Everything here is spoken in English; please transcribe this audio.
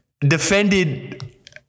defended